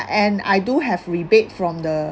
and I do have rebate from the